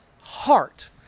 heart